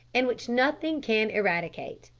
and which nothing can eradicate.